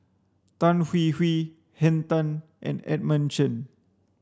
Tan Hwee Hwee Henn Tan and Edmund Chen